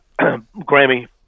grammy